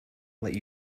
let